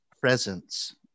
presence